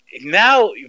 now